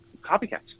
copycats